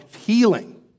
healing